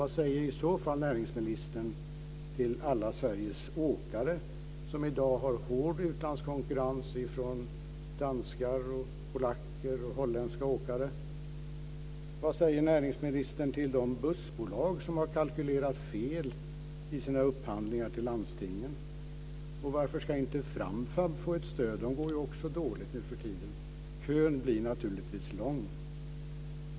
Vad säger i så fall näringsministern till alla Sveriges åkare som i dag har hård utlandskonkurrens från danska, polska och holländska åkare? Vad säger näringsministern till de bussbolag som har kalkylerat fel i sina upphandlingar med landstingen? Och varför ska inte Framfab få stöd, det går ju också dåligt nu för tiden? Kön blir naturligtvis lång.